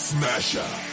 Smasher